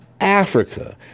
Africa